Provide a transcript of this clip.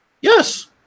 Yes